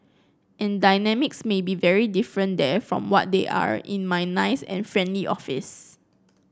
and dynamics may be very different there from what they are in my nice and friendly office